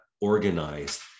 organized